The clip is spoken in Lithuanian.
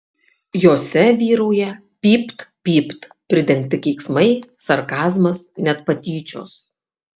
jose vyrauja pypt pypt pridengti keiksmai sarkazmas net patyčios